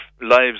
lives